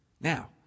Now